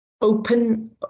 Open